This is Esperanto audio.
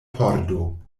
pordo